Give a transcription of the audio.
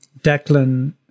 Declan